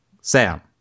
Sam